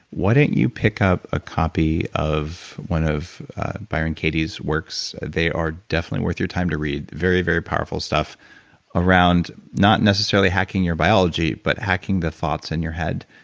why don't you pick up a copy of one of byron katie's works. they are definitely worth your time to read. very, very powerful stuff around not necessarily hacking your biology, but hacking the thoughts in your head.